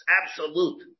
absolute